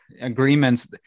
agreements